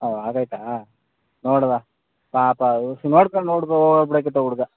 ಒ ಆಗಯ್ತ ನೋಡುವ ಪಾಪ ವಸಿ ನೋಡ್ಕೊಂಡು ಒಡ್ದೊ ಓಡ್ಬಿಡಾಕಿತ್ತು ಆ ಹುಡುಗ